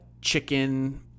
chicken